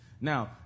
now